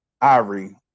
Ivory